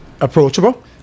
approachable